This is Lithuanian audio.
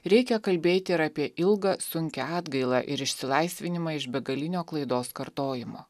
reikia kalbėti ir apie ilgą sunkią atgailą ir išsilaisvinimą iš begalinio klaidos kartojimo